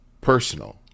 personal